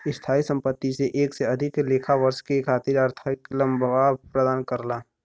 स्थायी संपत्ति से एक से अधिक लेखा वर्ष के खातिर आर्थिक लाभ प्रदान करला